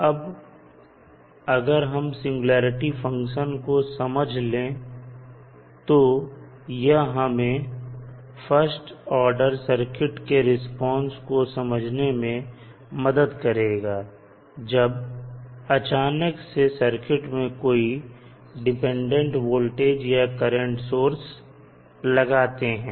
अब अगर हम सिंगुलेरिटी फंक्शन को समझ ले तो यह हमें फर्स्ट ऑर्डर सर्किट के रिस्पांस को समझने में मदद करेगा जब अचानक से हैं सर्किट में कोई इंडिपेंडेंट वोल्टेज या करंट सोर्स लगाते हैं